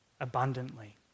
abundantly